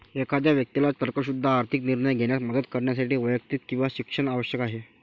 एखाद्या व्यक्तीला तर्कशुद्ध आर्थिक निर्णय घेण्यास मदत करण्यासाठी वैयक्तिक वित्त शिक्षण आवश्यक आहे